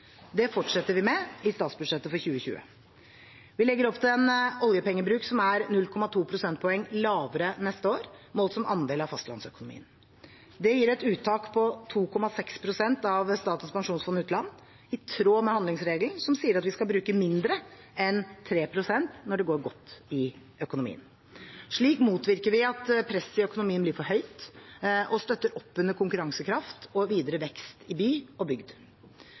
Det fortsetter vi med i statsbudsjettet for 2020. Vi legger opp til en oljepengebruk som er 0,2 prosentpoeng lavere neste år, målt som andel av fastlandsøkonomien. Det gir et uttak på 2,6 pst. av Statens pensjonsfond utland, i tråd med handlingsregelen, som sier at vi skal bruke mindre enn 3 pst. når det går godt i økonomien. Slik motvirker vi at presset i økonomien blir for høyt, og støtter opp under konkurransekraft og videre vekst i by og bygd.